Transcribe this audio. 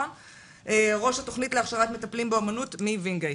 ראש התכנית להכשרת מטפלים באומנות מווינגייט.